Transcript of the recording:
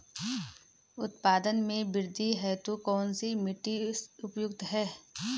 उत्पादन में वृद्धि हेतु कौन सी मिट्टी उपयुक्त है?